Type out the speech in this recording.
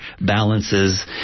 balances